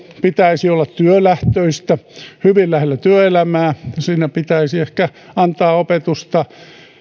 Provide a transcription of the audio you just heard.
pitäisi olla työlähtöistä hyvin lähellä työelämää ja siinä ehkä pitäisi antaa opetusta